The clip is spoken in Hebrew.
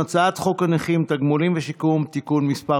הצעת חוק הנכים (תגמולים ושיקום) (תיקון מס'